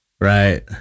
Right